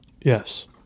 Yes